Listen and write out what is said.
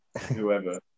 whoever